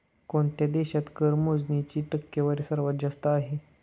कोणत्या देशात कर मोजणीची टक्केवारी सर्वात जास्त आहे?